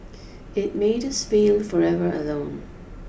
it made us feel forever alone